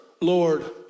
Lord